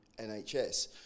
NHS